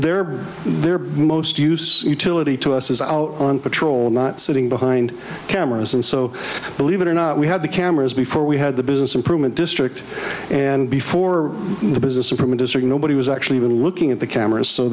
their their most use utility to us is out on patrol not sitting behind cameras and so believe it or not we had the cameras before we had the business improvement district and before the business improvement district nobody was actually even looking at the cameras so